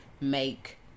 make